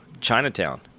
Chinatown